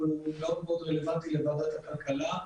אבל זה רלוונטי מאוד לוועדת הכלכלה.